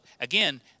Again